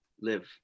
live